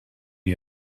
you